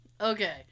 Okay